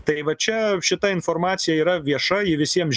tai va čia šita informacija yra vieša ji visiems